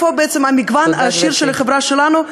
תודה, גברתי.